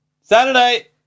Saturday